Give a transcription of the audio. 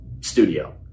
studio